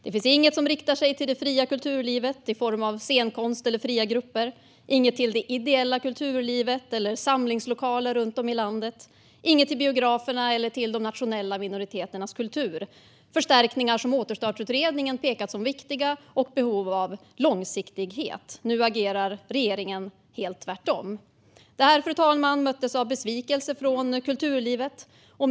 Det finns inget som riktar sig till det fria kulturlivet i form av scenkonst eller fria grupper, inget till det ideella kulturlivet eller till samlingslokaler runt om i landet, inget till biograferna eller till de nationella minoriteternas kultur - förstärkningar som Återstartsutredningen pekat ut som viktiga och där det behövs långsiktighet. Nu agerar regeringen tvärtom, och det möttes av besvikelse från kulturlivet.